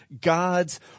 God's